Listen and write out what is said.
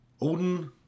Odin